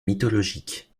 mythologique